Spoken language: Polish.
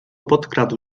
podkradł